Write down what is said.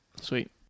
Sweet